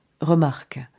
Remarque